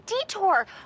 detour